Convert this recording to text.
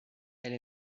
elle